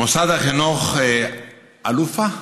מוסד החינוך אל-ואפא,